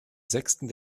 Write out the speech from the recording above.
sechsten